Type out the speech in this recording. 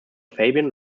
fabian